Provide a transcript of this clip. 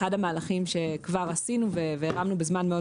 אחד המהלכים שכבר עשינו והרמנו בזמן מאוד